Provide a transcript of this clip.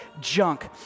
junk